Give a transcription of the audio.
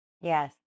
Yes